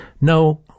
No